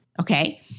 Okay